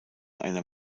einer